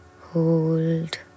Hold